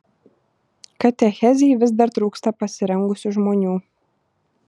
katechezei vis dar trūksta pasirengusių žmonių